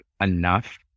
enough